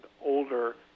older